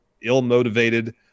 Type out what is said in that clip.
ill-motivated